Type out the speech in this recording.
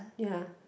ya